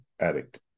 addict